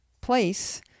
place